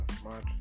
smart